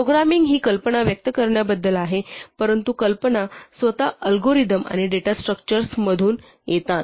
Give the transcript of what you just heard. programming ही कल्पना व्यक्त करण्याबद्दल आहे परंतु कल्पना स्वतः अल्गोरिदम आणि डेटा स्ट्रक्चर्स मधून येतात